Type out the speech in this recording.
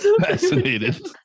Fascinated